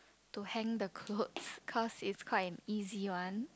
to hang the clothes cause it is quite a easy one